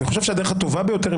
אני חושב שהדרך הטובה ביותר לטפל בו,